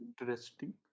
Interesting